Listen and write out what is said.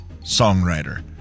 songwriter